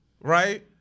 right